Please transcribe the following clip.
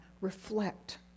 reflect